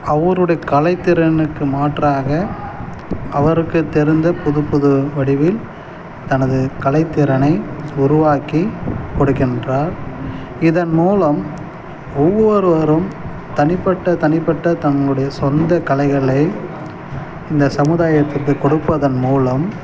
அவருடைய கலைத்திறனுக்கு மாற்றாக அவருக்குத் தெரிந்த புது புது வடிவில் தனது கலைத்திறனை உருவாக்கி கொடுக்கின்றார் இதன் மூலம் ஒவ்வொருவரும் தனிப்பட்ட தனிப்பட்ட நம்முடைய சொந்த கலைகளை இந்த சமுதாயத்திற்கு கொடுப்பதன் மூலம்